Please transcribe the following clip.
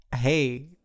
Hey